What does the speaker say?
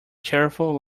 cheerful